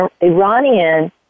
Iranian